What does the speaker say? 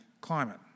climate